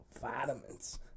vitamins